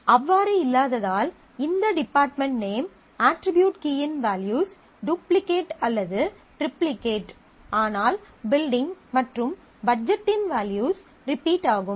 அவ்வாறு இல்லாததால் இந்த டிபார்ட்மென்ட் நேம் அட்ரிபியூட் கீயின் வேல்யூஸ் டூப்ளிகேட் அல்லது ட்ரிப்ளிகேட் ஆனால் பில்டிங் மற்றும் பட்ஜெட்டின் வேல்யூஸ் ரிப்பீட் ஆகும்